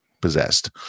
possessed